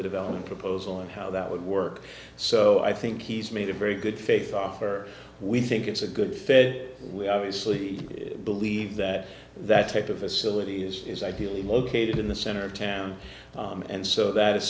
the development proposal and how that would work so i think he's made a very good faith offer we think it's a good fed we obviously believe that that type of facility is ideally located in the center of town and so that is